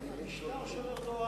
המשטר של ארדואן.